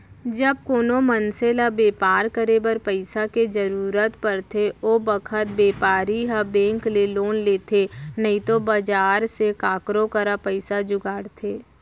जब कोनों मनसे ल बैपार करे बर पइसा के जरूरत परथे ओ बखत बैपारी ह बेंक ले लोन लेथे नइतो बजार से काकरो करा पइसा जुगाड़थे